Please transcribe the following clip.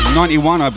91